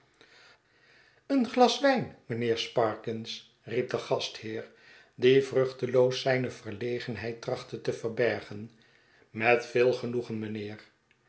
een glas wijn mijnheer sparkins riep de gastheer die vruchteloos zijne verlegenheid trachtte te verbergen met veel genoegen mijnheer